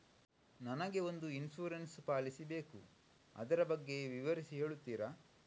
ನನಗೆ ಒಂದು insurance policy ಬೇಕು ಅದರ ಬಗ್ಗೆ ವಿವರಿಸಿ ಹೇಳುತ್ತೀರಾ?